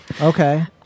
Okay